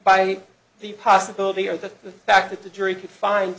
by the possibility or the fact that the jury could find